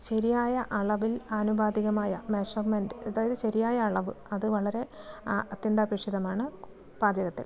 ശരിയായ അളവിൽ ആനുപാതികമായ മെഷർമെൻ്റ് അതായത് ശരിയായ അളവ് അത് വളരെ അത്യന്താപേക്ഷിതമാണ് പാചകത്തിൽ